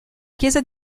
chiesa